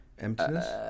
emptiness